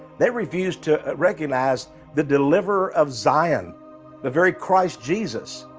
they refused to recognize the deliverer of zion the very christ jesus!